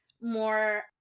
more